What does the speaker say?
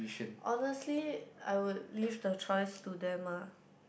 honestly I would leave the choice to them ah